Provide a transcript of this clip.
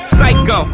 Psycho